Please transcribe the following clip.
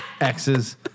exes